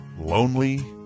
Lonely